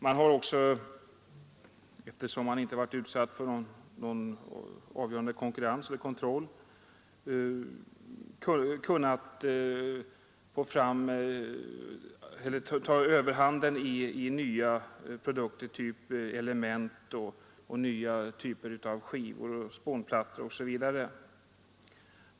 Man har också, eftersom man inte varit utsatt för någon avgörande konkurrens eller kontroll, kunnat ta överhanden beträffande nya produkter — element, nya typer av skivor, spånplattor osv.